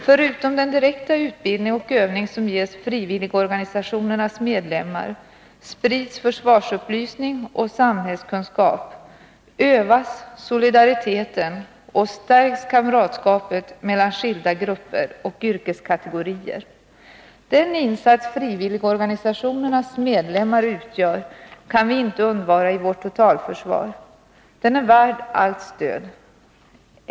Förutom den direkta utbildning och övning som ges frivilligorganisationernas medlemmar sprids försvarsupplysning och samhällskunskap, övas solidariteten och stärks kamratskapet mellan skilda grupper och yrkeskategorier. Den insats frivilligorganisationernas medlemmar gör kan vi inte undvara i vårt totalförsvar. Den är värd allt stöd.